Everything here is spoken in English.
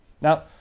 Now